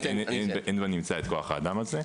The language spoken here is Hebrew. אין בנמצא כוח האדם הזה,